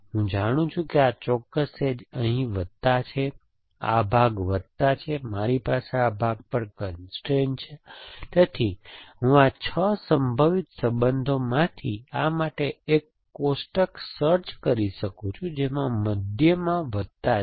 હું જાણું છું કે આ ચોક્કસ એજઅહીં વત્તા છે આ ભાગ વત્તા છે મારી પાસે આ ભાગ પર કન્સ્ટ્રેઇન છે તેથી હું 6 સંભવિત સંબંધોમાંથી આ માટે એક કોષ્ટક સર્ચ કરી શકું છું જેમાં મધ્યમાં વત્તા છે